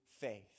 faith